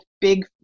big